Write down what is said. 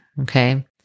Okay